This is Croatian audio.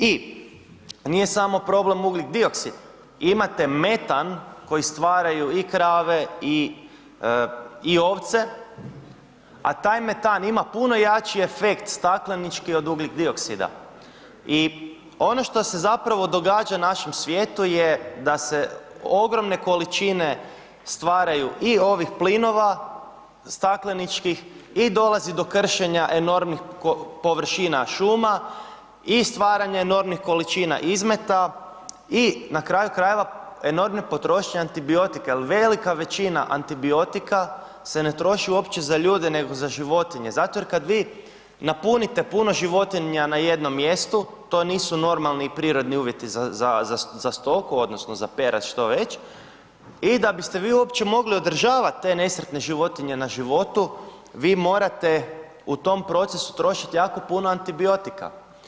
I nije samo problem ugljik dioksid imate metan koji stvaraju i krave i ovce, a taj metan ima puno jači efekt staklenički od ugljik dioksida i ono što se zapravo događa našem svijetu je da se ogromne količine stvaraju i ovih plinova stakleničkih i dolazi do kršenja enormnih površina šuma i stvaranje enormnih količina izmeta i na kraju krajeva enormne potrošnje antibiotika, jer velika većina antibiotika se ne troši uopće za ljude nego za životinje, zato jer kad vi napunite puno životinja na jednom mjestu to nisu normalni i prirodni uvjeti za stoku odnosno za perad što već i da bi ste vi uopće mogli održavat te nesretne životinje na životu vi morate u tom procesu trošit jako puno antibiotika.